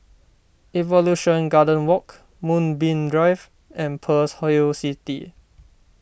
Evolution Garden Walk Moonbeam Drive and Pearl's Hill City